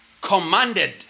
commanded